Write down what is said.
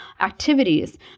activities